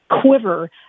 quiver